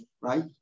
right